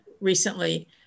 recently